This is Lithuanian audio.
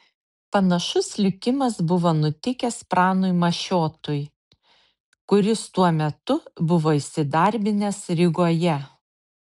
panašus likimas buvo nutikęs pranui mašiotui kuris tuo metu buvo įsidarbinęs rygoje